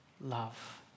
love